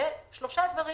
אלה שלושה דברים